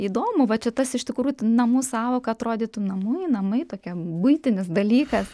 įdomu vat šitas iš tikrųjų namų sąvoka atrodytų namai namai tokia buitinis dalykas